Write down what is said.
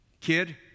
kid